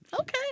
Okay